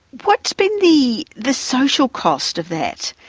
what's been the the social cost of that?